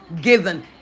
given